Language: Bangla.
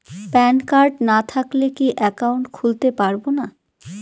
প্যান কার্ড না থাকলে কি একাউন্ট খুলতে পারবো না?